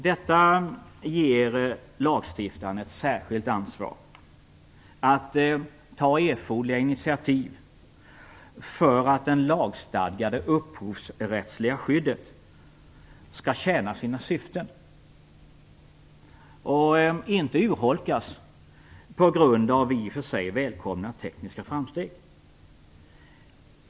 Detta ger lagstiftaren ett särskilt ansvar att ta erforderliga initiativ för att det lagstadgade upphovsrättsliga skyddet skall tjäna sina syften och inte urholkas på grund av i och för sig välkomna tekniska framsteg.